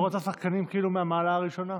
את לא רוצה שחקנים מהמעלה הראשונה?